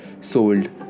sold